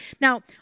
Now